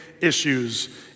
issues